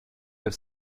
have